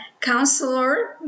counselor